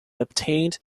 obtained